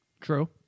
True